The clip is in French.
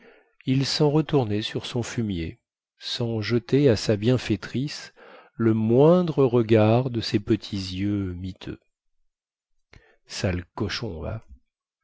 il sen retournait sur son fumier sans jeter à sa bienfaitrice le moindre regard de ses petits yeux miteux sale cochon va